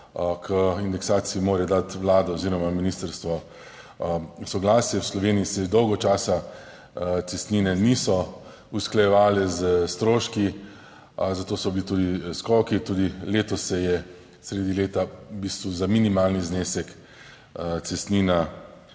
k indeksaciji mora dati Vlada oziroma ministrstvo soglasje. V Sloveniji se že dolgo časa cestnine niso usklajevale s stroški, zato so bili tudi skoki. Tudi letos se je sredi leta v bistvu za minimalni znesek cestnina